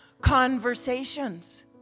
conversations